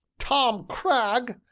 tom cragg!